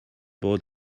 bod